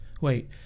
Wait